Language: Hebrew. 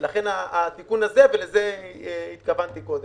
ולכן התיקון הזה, ולזה התכוונתי קודם.